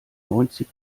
neunzig